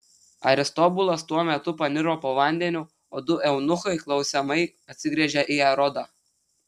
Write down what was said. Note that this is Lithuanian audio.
aristobulas tuo metu paniro po vandeniu o du eunuchai klausiamai atsigręžė į erodą